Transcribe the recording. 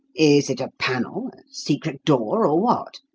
is it a panel? a secret door? or what?